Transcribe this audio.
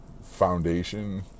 foundation